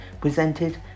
presented